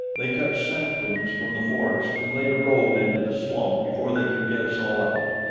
they cut saplings from the forest and laid a road into the swamp before they could get us all out,